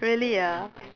really ah